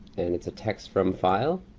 and it's a text from file,